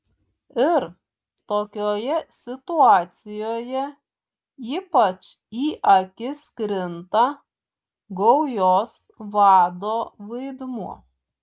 ir tokioje situacijoje ypač į akis krinta gaujos vado vaidmuo